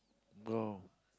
no